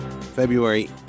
February